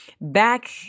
back